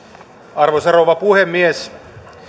arvoisa rouva puhemies